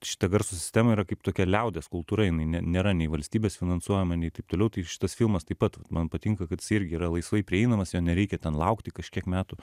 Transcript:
šita garso sistema yra kaip tokia liaudies kultūra jinai ne nėra nei valstybės finansuojama nei taip toliau tai šitas filmas taip pat man patinka kad irgi yra laisvai prieinamas jo nereikia ten laukti kažkiek metų